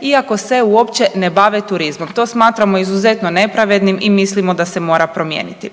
iako se uopće ne bave turizmom. To smatramo izuzetno nepravednim i mislimo da se mora promijeniti.